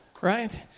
right